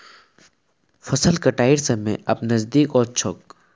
फसल कटाइर समय अब नजदीक ओस छोक